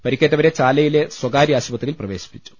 പരിക്കേറ്റവരെ ചാലയിലെ സ്വകാര്യ ആശുപത്രിയിൽ പ്രവേശിപ്പിച്ചു